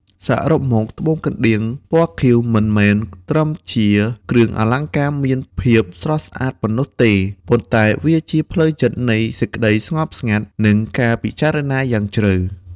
សរុបមក ត្បូងកណ្ដៀង ពណ៌ខៀវ មិនមែនត្រឹមជាគ្រឿងអលង្ការមានភាពស្រស់ស្អាតប៉ុណ្ណោះទេ ប៉ុន្តែវាជាផ្លូវចិត្តនៃសេចក្ដីស្ងប់ស្ងាត់ និងការពិចារណាយ៉ាងជ្រៅ។